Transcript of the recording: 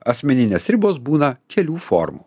asmeninės ribos būna kelių formų